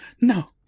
no